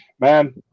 man